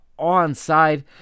onside